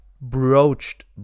broached